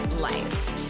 life